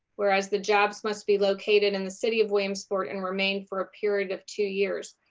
whereas the jobs must be located in the city of williamsport and remain for a period of two years,